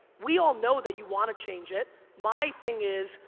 we all know that you wanna change it. my thing is,